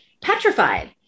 petrified